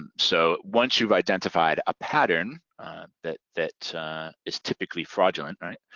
and so once you've identified a pattern that that is typically fraudulent, right?